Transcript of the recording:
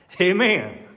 Amen